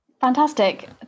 fantastic